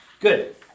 Good